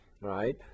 right